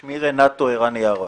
בבקשה.